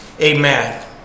Amen